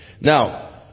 Now